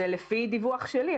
זה לפי דיווח שלי,